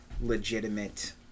legitimate